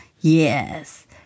Yes